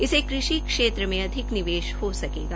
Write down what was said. इसे कृषि क्षेत्र में अधिक निवेश हो सकेगा